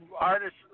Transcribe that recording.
artists